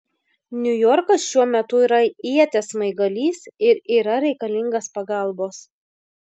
niujorkas šiuo metu yra ieties smaigalys ir yra reikalingas pagalbos